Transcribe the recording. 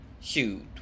shoot